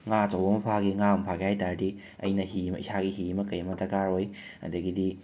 ꯉꯥ ꯑꯆꯧꯕ ꯑꯃ ꯐꯥꯒꯦ ꯉꯥ ꯑꯃ ꯐꯥꯒꯦ ꯍꯥꯏꯕ ꯇꯥꯔꯗꯤ ꯑꯩꯅ ꯍꯤ ꯑꯃ ꯏꯁꯥꯒꯤ ꯍꯤ ꯑꯃ ꯀꯩ ꯑꯃ ꯗꯔꯀꯥꯔ ꯑꯣꯏ ꯑꯗꯒꯤꯗꯤ